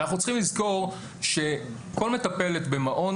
אנחנו צריכים לזכור שכל מטפלת במעון